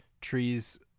trees